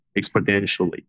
exponentially